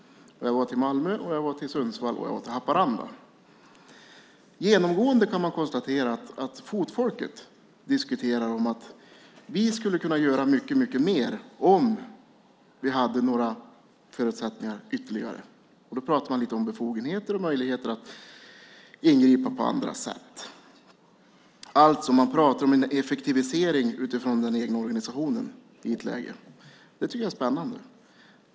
Jag har varit i Malmö, Sundsvall och Haparanda. Genomgående kan man konstatera att fotfolket diskuterar att de skulle kunna göra mycket, mycket mer om de hade ytterligare förutsättningar. Då pratar man lite om befogenheter och möjligheter att ingripa på andra sätt. Man pratar alltså om en effektivisering utifrån den egna organisationen. Det tycker jag är spännande.